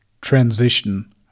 transition